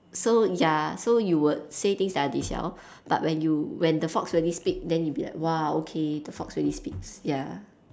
so ya so you would say things that are ji siao but when you when the fox really speak then you'll be like !wah! okay the fox really speaks ya